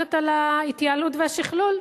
מברכת על ההתייעלות והשכלול,